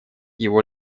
его